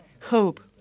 Hope